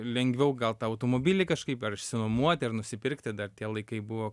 lengviau gal tą automobilį kažkaip ar išsinuomuoti ar nusipirkti dar tie laikai buvo